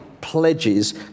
pledges